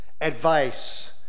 advice